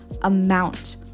amount